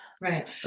Right